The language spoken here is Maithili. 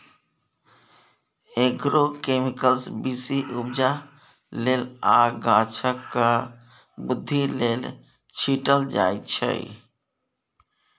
एग्रोकेमिकल्स बेसी उपजा लेल आ गाछक बृद्धि लेल छीटल जाइ छै